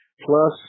plus